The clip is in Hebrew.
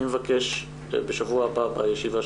אנחנו נקיים ישיבה בשבוע הבא,